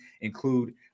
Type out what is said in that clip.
Include